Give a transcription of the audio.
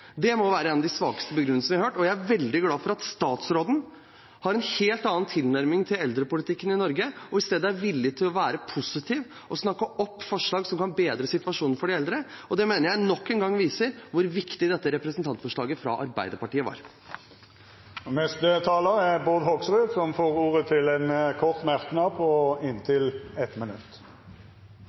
må det være en av de svakeste begrunnelsene vi har hørt. Jeg er veldig glad for at statsråden har en helt annen tilnærming til eldrepolitikken i Norge og i stedet er villig til å være positiv og snakke opp forslag som kan bedre situasjonen for de eldre. Det mener jeg nok en gang viser hvor viktig dette representantforslaget fra Arbeiderpartiet var. Representanten Bård Hoksrud har hatt ordet to ganger tidligere og får ordet til en kort merknad, begrenset til 1 minutt.